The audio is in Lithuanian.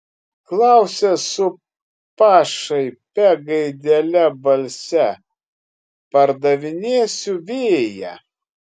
klausia su pašaipia gaidele balse pardavinėsiu vėją